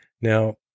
Now